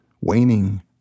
waning